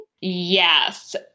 Yes